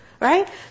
Right